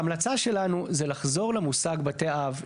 ההמלצה שלנו זה לחזור למושג בתי אב,